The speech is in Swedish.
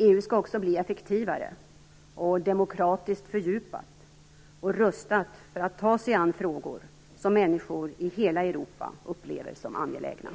EU skall också bli effektivare, demokratiskt fördjupat och rustat för att ta sig an frågor som människor i hela Europa upplever som angelägna.